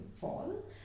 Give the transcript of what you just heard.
fall